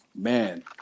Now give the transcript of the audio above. man